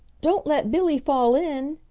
don't let billy fall in!